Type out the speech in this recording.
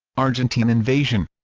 argentine invasion